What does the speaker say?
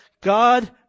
God